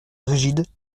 rigides